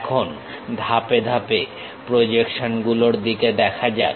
এখন ধাপে ধাপে প্রজেকশন গুলোর দিকে দেখা যাক